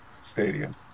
stadium